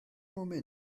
moment